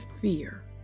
fear